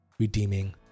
redeeming